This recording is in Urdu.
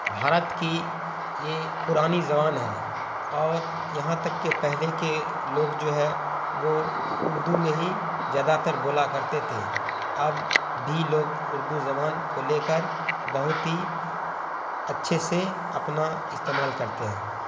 بھارت کی یہ پرانی زبان ہے اور یہاں تک کہ پہلے کے لوگ جو ہے وہ اردو میں ہی زیادہ تر بولا کرتے تھے اب بھی لوگ اردو زبان کو لے کر بہت ہی اچھے سے اپنا استعمال کرتے ہیں